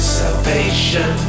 salvation